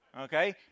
okay